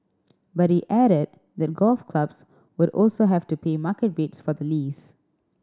but he added that golf clubs would also have to pay market rates for the lease